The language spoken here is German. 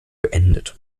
beendet